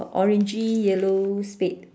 orangey yellow spade